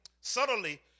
subtly